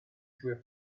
through